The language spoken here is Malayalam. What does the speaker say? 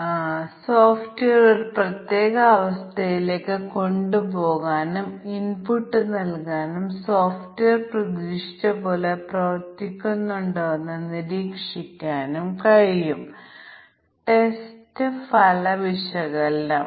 ഏത് സാഹചര്യത്തിലും നമ്മൾ 11 12 0 മൈനസ് 1 17 18 64 65 99 100 എന്നീ അതിരുകൾ പരിശോധിക്കേണ്ടതുണ്ട് തീർച്ചയായും നാമമാത്ര മൂല്യങ്ങൾ നാം പരിഗണിക്കേണ്ടതുണ്ട്